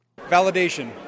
Validation